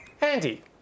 Andy